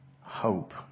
hope